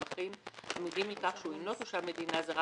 צפוי להיות מועבר באמצעות המנהל למדינה הזרה